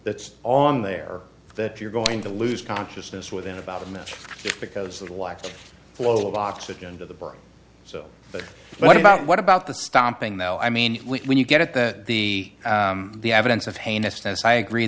that's on there that you're going to lose consciousness within about a minute because of the lack flow of oxygen to the brain so but what about what about the stomping though i mean when you get that the the evidence of heinousness i agree